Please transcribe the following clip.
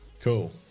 Cool